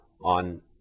On